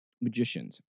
magicians